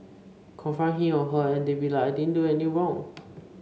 confront him or her and they be like I didn't do anything wrong